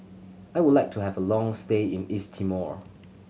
I would like to have a long stay in East Timor